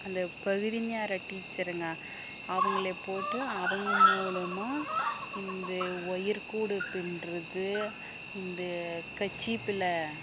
அந்த பகுதி நேர டீச்சருங்க அவங்கள போட்டு அவங்க மூலிமா இந்த வொயர் கூடை பின்னுறது இந்த கர்சீப்பில்